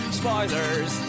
spoilers